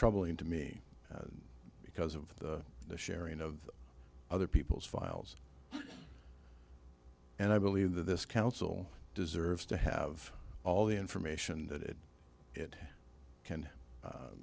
troubling to me because of the sharing of other people's files and i believe that this counsel deserves to have all the information that it can